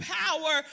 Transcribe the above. power